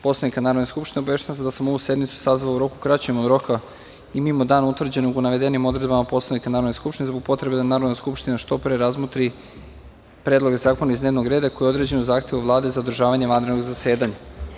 Poslovnika Narodne skupštine, obaveštavam vas da sam ovu sednicu sazvao u roku kraćem od roka i mimo dana utvrđenog u navedenim odredbama Poslovnika Narodne skupštine, zbog potrebe da Narodna skupština što pre razmotri predlog zakona iz dnevnog reda koji je određen u zahtevu Vlade za održavanje vanrednog zasedanja.